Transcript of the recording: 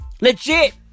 Legit